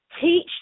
teach